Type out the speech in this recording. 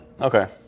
Okay